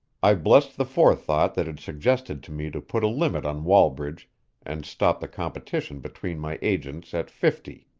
i blessed the forethought that had suggested to me to put a limit on wallbridge and stop the competition between my agents at fifty.